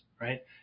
right